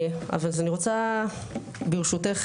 ברשותך,